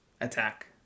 attack